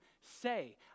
say